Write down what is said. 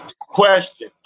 question